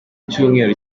icyumweru